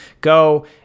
go